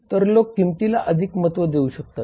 तर लोक किंमतीला अधिक महत्त्व देऊ शकतात